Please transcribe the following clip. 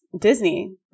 Disney